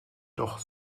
doch